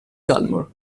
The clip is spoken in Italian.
dalmor